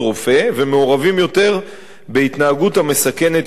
ומעורבים יותר בהתנהגות המסכנת את הבריאות.